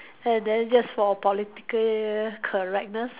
and then just for politically correctness